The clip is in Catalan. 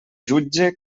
jutge